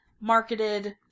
marketed